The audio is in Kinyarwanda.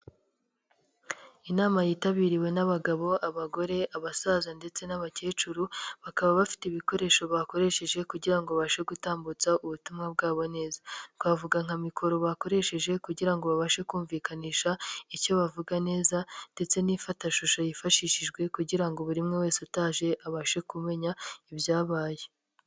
Inama yitabiriwe n'abagabo, abagore, abasaza ndetse n'abakecuru, bakaba bafite ibikoresho bakoresheje kugira bashe gutambutsa ubutumwa bwabo neza. Twavuga nka mikoro bakoresheje kugira ngo babashe kumvikanisha icyo bavuga neza ndetse n'imfatashusho yifashishijwe kugira ngo buri wese utaje abashe kumenya ibyabaye.